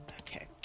Okay